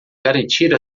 garantir